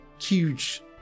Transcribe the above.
huge